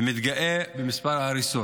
ומתגאה במספר ההריסות,